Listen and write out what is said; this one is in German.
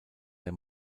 der